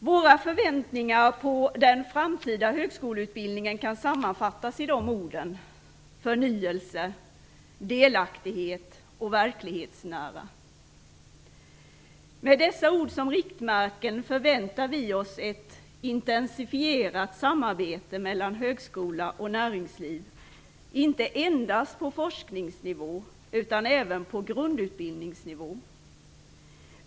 Våra förväntningar på den framtida högskoleutbildningen kan sammanfattas i orden förnyelse, delaktighet och verklighetsanknytning. Med dessa ord som riktmärken förväntar vi oss ett intensifierat samarbete mellan högskola och näringsliv, inte endast på forskningsnivå utan även på grundutbildningsnivå.